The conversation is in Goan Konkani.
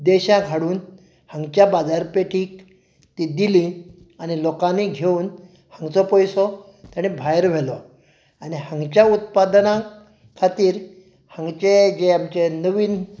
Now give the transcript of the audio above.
देशाक हाडून हांगच्या बाजारपेटीक ती दिली आनी लोकांनी ती घेवन हांगाचो पयसो ताणे भायर व्हेलो आनी हांगच्या उत्पादनां खातीर हांगचें जें आमचे नवीन